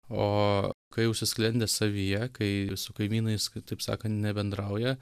o kai užsisklendęs savyje kai su kaimynais taip sakant nebendrauja